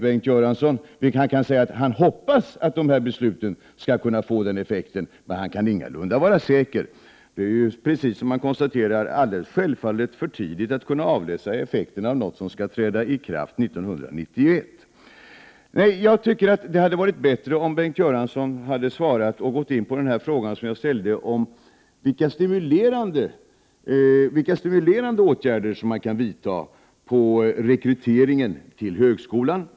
Bengt Göransson skulle kunna säga att han hoppas att besluten skall få den effekten, men han kan ingalunda vara säker. Han konstaterar också att det självfallet är för tidigt att kunna avläsa effekterna av något som skall träda i kraft 1991. Nej, jag tycker att det hade varit bättre om Bengt Göransson hade svarat på och gått in på den fråga som jag ställde om vilka stimulerande åtgärder som kan vidtas för rekryteringen till högskolan.